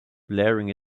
blaring